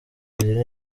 ibiri